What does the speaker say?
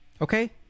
okay